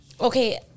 Okay